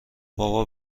بابا